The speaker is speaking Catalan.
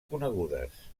conegudes